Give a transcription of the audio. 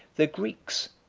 the greeks,